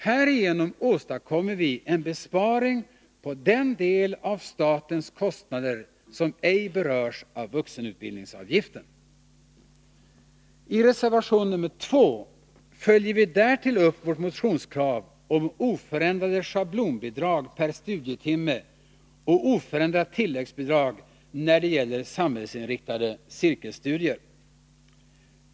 Härigenom åstadkommer vi en besparing på den del av statens kostnader som ej berörs av vuxenutbildningsavgiften. I reservation nr 2 följer vi därtill upp vårt motionskrav om oförändrade schablonbidrag per studietimme och oförändrat tilläggsbidrag när det gäller samhällsinriktade cirkelstudier.